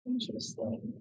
Interesting